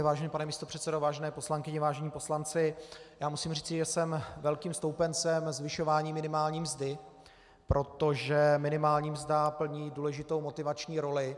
Vážený pane místopředsedo, vážené poslankyně, vážení poslanci, musím říci, že jsem velkým stoupencem zvyšování minimální mzdy, protože minimální mzda plní důležitou motivační roli.